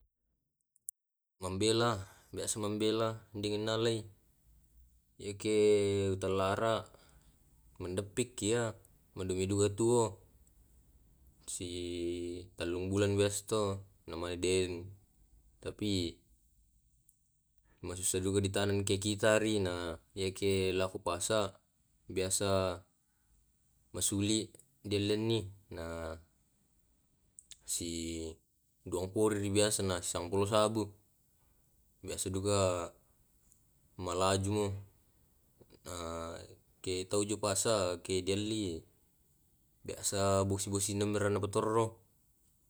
Biasa duka to beppa joang to botting pawa, donat raka, donat digaraga, dilabburi tarigu, margarin sola golla. Gola kassi digiling, sura di giling susinna tarigu, manne digoreng tu labbu. Pagale lebu lebu, iya ke manasui diangkani to supaya malai mukana. Mane diparokko golla, biasa duka na pake tau bisnis